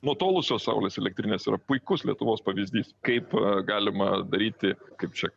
nutolusios saulės elektrinės yra puikus lietuvos pavyzdys kaip galima daryti kaip čia